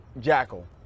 Jackal